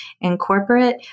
Incorporate